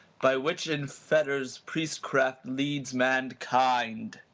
by which in fetters priestcraft leads mankind.